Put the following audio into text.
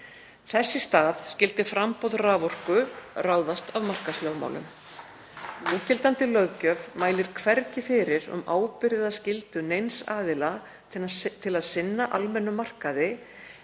Þess í stað skyldi framboð raforku ráðast af markaðslögmálum. Núgildandi löggjöf mælir hvergi fyrir um ábyrgð eða skyldu neins aðila til að sinna almennum markaði